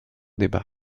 débat